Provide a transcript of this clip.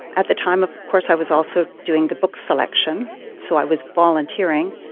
at the time of course i was also doing the book selection so i was volunteering.